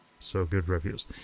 SoGoodReviews